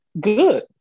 Good